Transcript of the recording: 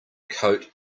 coat